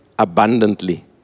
abundantly